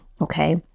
okay